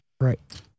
Right